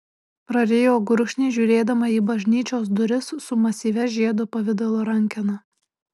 prarijo gurkšnį žiūrėdama į bažnyčios duris su masyvia žiedo pavidalo rankena